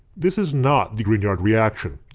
this is not the grignard reaction.